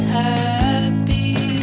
happy